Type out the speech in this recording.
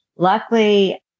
Luckily